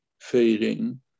fading